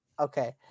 Okay